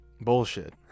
Bullshit